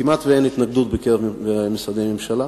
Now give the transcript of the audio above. כמעט שאין התנגדות בקרב משרדי הממשלה.